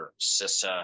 CISA